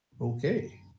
okay